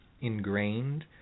ingrained